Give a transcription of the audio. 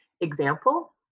example